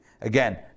again